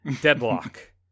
Deadlock